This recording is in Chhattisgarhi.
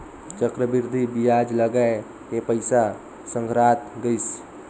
चक्रबृद्धि बियाज लगाय के पइसा संघरात गइस